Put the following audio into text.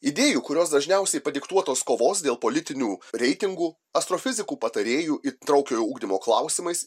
idėjų kurios dažniausiai padiktuotos kovos dėl politinių reitingų astrofizikų patarėjų įtraukiojo ugdymo klausimais